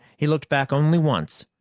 he looked back only once,